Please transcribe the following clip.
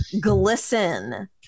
glisten